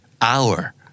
Hour